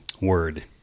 word